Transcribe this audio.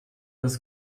das